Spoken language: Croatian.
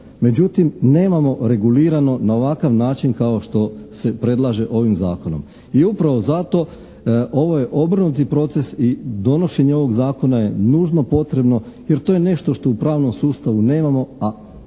Međutim nemamo regulirano na ovakav način kao što se predlaže ovim zakonom. I upravo zato ovo je obrnuti proces i donošenje ovog zakona je nužno potrebno jer to je nešto što u pravnom sustavu nemamo, a doista